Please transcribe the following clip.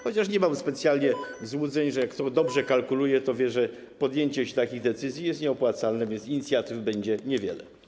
Chociaż nie mam specjalnie złudzeń, że kto dobrze kalkuluje, to wie, że podjęcie się takich decyzji jest nieopłacalne, więc inicjatyw będzie niewiele.